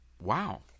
Wow